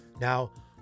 Now